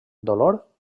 dolor